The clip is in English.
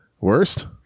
worst